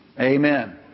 Amen